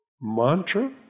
Mantra